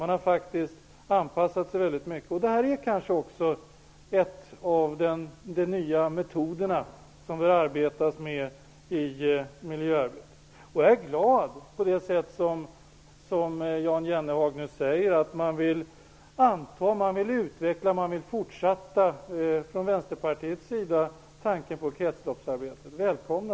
Man har faktiskt anpassat sig väldigt mycket. Det är kanske en av de nya metoderna som man använder i miljöarbetet. Jag är glad att Jan Jennehag säger att man från Västerpartiet vill anta, utveckla och fortsätta tanken på kretsloppsarbetet. Välkomna!